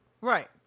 Right